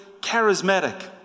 charismatic